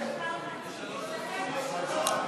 הסיוע להרשעה על-פי הודיה),